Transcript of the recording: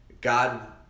god